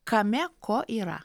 kame ko yra